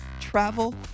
travel